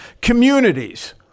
communities